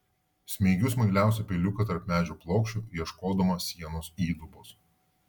smeigiu smailiausią peiliuką tarp medžio plokščių ieškodama sienos įdubos